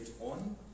on